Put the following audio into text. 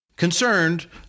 Concerned